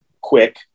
quick